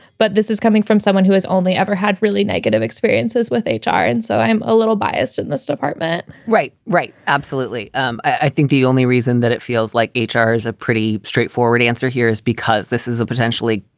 but this is coming from someone who has only ever had really negative experiences with h r. and so i am a little biased in this department. right. right. absolutely um i think the only reason that it feels like h r. is a pretty straightforward answer here is because this is a potentially.